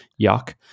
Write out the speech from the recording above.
Yuck